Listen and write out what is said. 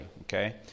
okay